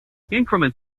increment